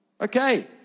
okay